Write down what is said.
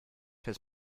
his